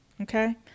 Okay